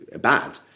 bad